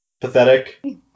pathetic